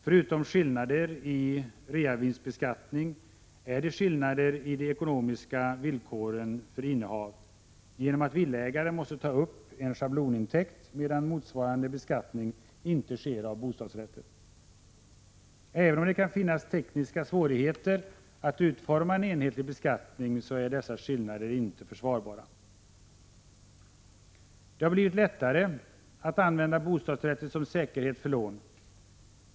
Förutom skillnader i reavinstbeskattning är det skillnad i de ekonomiska villkoren för innehav genom att villaägaren måste ta upp en schablonintäkt, medan motsvarande beskattning inte sker för bostadsrätter. Även om det kan finnas tekniska svårigheter att utforma en enhetlig beskattning, är dessa skillnader inte försvarbara. Det har blivit lättare att använda bostadsrätten som säkerhet för lån.